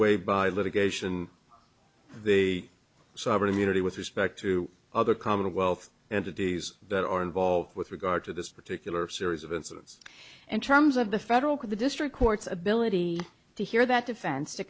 wait by litigation the sovereign immunity with respect to other commonwealth and the days that are involved with regard to this particular series of incentives in terms of the federal court the district courts ability to hear that defense to